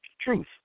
Truth